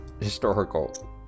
Historical